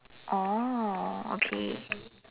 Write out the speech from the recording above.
oh okay